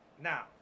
now